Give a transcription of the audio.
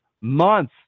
month